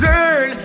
Girl